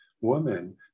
woman